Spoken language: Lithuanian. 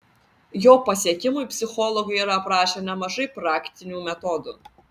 jo pasiekimui psichologai yra aprašę nemažai praktinių metodų